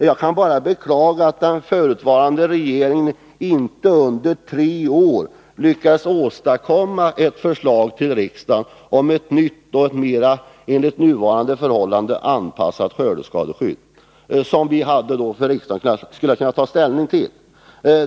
Jag kan bara beklaga att den förutvarande regeringen under tre år inte lyckades åstadkomma ett förslag till riksdagen om ett nytt och enligt nuvarande förhållanden mera anpassat skördeskadeskydd som riksdagen skulle kunna ta ställning till.